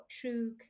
true